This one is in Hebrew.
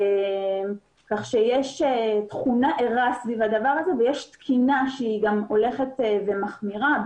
כך שיש תכונה ערה סביב הדבר הזה ויש תקינה שהולכת ומחמירה.